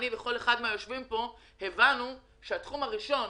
אני וכל אחד ממי שיושב פה הבנו שהתחום הראשון